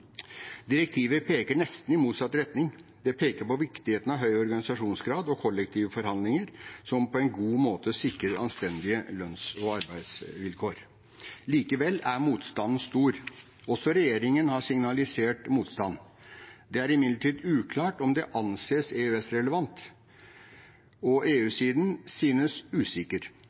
Direktivet peker nesten i motsatt retning. Det peker på viktigheten av høy organisasjonsgrad og kollektive forhandlinger som på en god måte sikrer anstendige lønns- og arbeidsvilkår. Likevel er motstanden stor. Også regjeringen har signalisert motstand. Det er imidlertid uklart om det anses EØS-relevant, og EU-siden synes usikker.